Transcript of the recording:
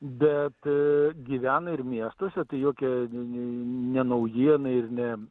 bet gyvena ir miestuose tai jokia ne naujiena ir ne